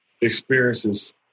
experiences